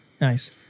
nice